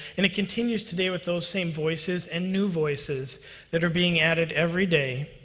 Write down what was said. and it continues today with those same voices, and new voices that are being added every day,